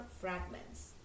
fragments